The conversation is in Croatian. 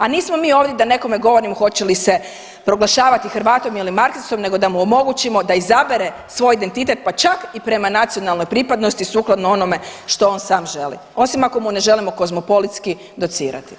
A nismo mi ovdje da nekome govorimo hoće li se proglašavati Hrvatom ili … nego da mu omogućimo da izabere svoj identitet pa čak i prema nacionalnoj pripadnosti sukladno onome što on sam želi, osim ako mu ne želimo kozmopolitski docirati.